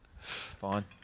Fine